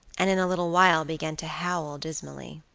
and in a little while began to howl dismally.